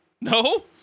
No